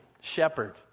shepherd